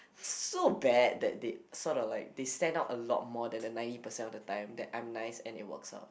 so bad that they sort of like they stand out a lot more then the ninety percent of time that I'm nice and it works out